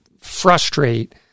frustrate